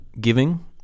giving